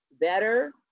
better